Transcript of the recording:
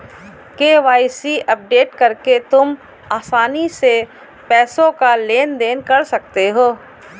KYC update करके तुम आसानी से पैसों का लेन देन कर सकते हो